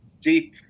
deep